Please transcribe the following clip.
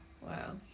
wow